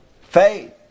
faith